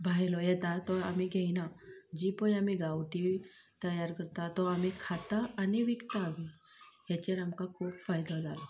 भायलो येतात तो आमी घेयनात जी पळय आमी गांवठी तयार करता तो आमी खाता आनी विकतात हेचेर आमकां खूब फायदो जालो